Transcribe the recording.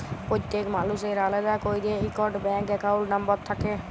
প্যত্তেক মালুসের আলেদা ক্যইরে ইকট ব্যাংক একাউল্ট লম্বর থ্যাকে